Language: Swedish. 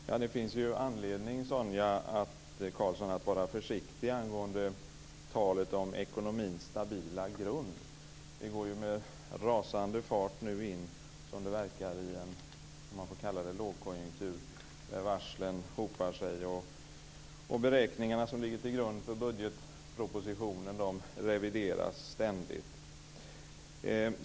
Fru talman! Det finns ju anledning, Sonia Karlsson, att vara försiktig angående talet om ekonomins stabila grund. Vi går ju nu med rasande fart, verkar det som, in i en lågkonjunktur där varslen hopar sig. Och beräkningarna som ligger till grund för budgetpropositionen revideras ständigt.